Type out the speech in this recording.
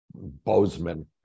bozeman